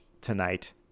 tonight